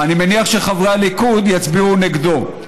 אני מניח שחברי הליכוד יצביעו נגדו.